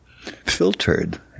filtered